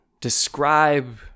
describe